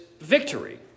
victory